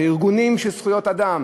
ועם ארגונים של זכויות אדם.